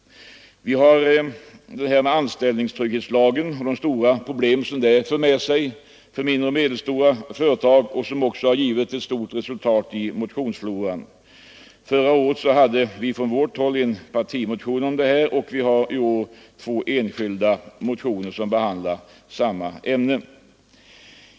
Anställningstrygghetslagen och de stora problem som den för med sig för mindre och medelstora företag har även givit ett stort resultat i motionsfloden. Förra året väckte vi en partimotion i frågan, och i år har vi två enskilda motioner som behandlar samma ämne.